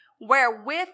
wherewith